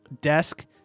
desk